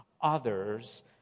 others